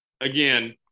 again